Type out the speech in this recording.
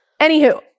Anywho